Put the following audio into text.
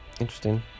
interesting